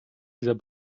dieser